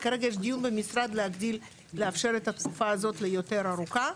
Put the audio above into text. כרגע יש דיון במשרד לאפשר את התקופה הזו לתקופה יותר ארוכה.